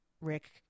Rick